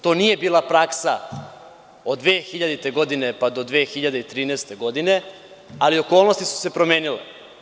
To nije bila praksa od 2000. pa do 2013. godine, ali okolnosti su se promenile.